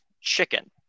chicken